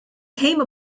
came